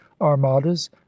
armadas